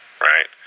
right